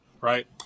right